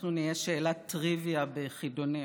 אנחנו נהיה שאלת טריוויה בחידונים,